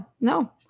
no